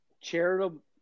Charitable